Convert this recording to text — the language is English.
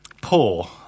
poor